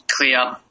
clear